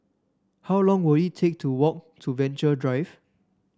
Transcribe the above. how long will it take to walk to Venture Drive